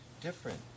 different